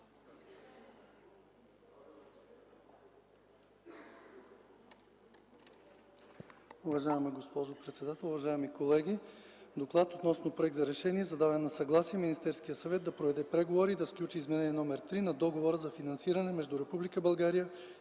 Уважаема госпожо председател, уважаеми колеги! „ДОКЛАД относно Проект за решение за даване на съгласие Министерският съвет да проведе преговори и да сключи Изменение № 3 на Договора за финансиране между